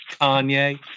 Kanye